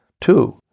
Two